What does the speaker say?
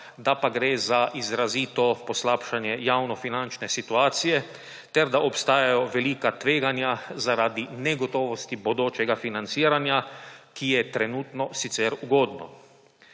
da pa gre za izrazito poslabšanje javnofinančne situacije ter da obstajajo velika tveganja zaradi negotovosti bodočega financiranja, ki je trenutno sicer ugodno.